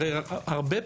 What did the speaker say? הרי הרבה פעמים,